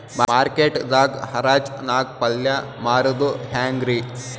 Market ದಾಗ್ ಹರಾಜ್ ನಾಗ್ ಪಲ್ಯ ಮಾರುದು ಹ್ಯಾಂಗ್ ರಿ?